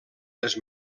les